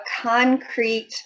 concrete